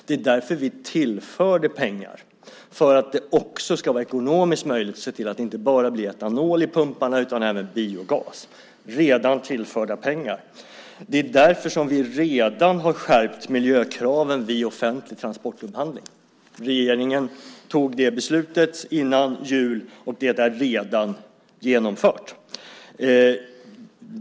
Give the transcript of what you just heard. Det är därför vi tillförde pengar för att det också ska bli ekonomiskt möjligt att se till att det inte bara blir etanol i pumparna utan även biogas. Det är redan tillförda pengar. Det är därför som vi redan har skärpt miljökraven vid offentlig transportupphandling. Regeringen tog det beslutet före jul, och det är redan genomfört.